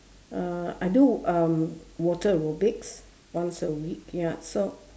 uh I do um water aerobics once a week ya so